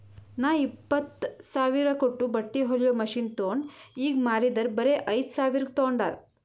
ನಾ ಇಪ್ಪತ್ತ್ ಸಾವಿರ ಕೊಟ್ಟು ಬಟ್ಟಿ ಹೊಲಿಯೋ ಮಷಿನ್ ತೊಂಡ್ ಈಗ ಮಾರಿದರ್ ಬರೆ ಐಯ್ದ ಸಾವಿರ್ಗ ತೊಂಡಾರ್